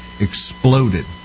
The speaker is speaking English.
exploded